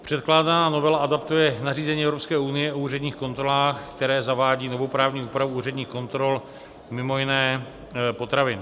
Předkládaná novela adaptuje nařízení Evropské unie o úředních kontrolách, které zavádí novou právní úpravu úředních kontrol, mimo jiné potravin.